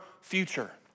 future